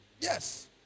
Yes